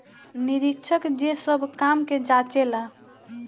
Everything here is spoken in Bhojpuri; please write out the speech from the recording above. निरीक्षक जे सब काम के जांचे ला